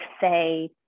say